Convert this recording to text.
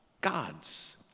gods